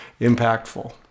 impactful